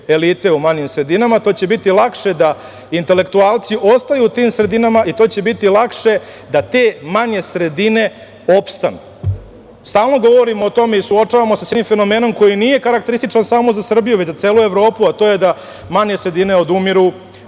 elite u manjim sredinama, to će biti lakše da intelektualci ostaju u tim sredinama i to će biti lakše da te manje sredine opstanu. Stalno govorimo o tome i suočavamo se sa jednim fenomenom koji nije karakterističan samo za Srbiju, već za celu Evropu, a to je da manje sredine odumiru,